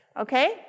okay